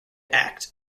act